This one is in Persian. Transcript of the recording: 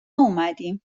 اومدیم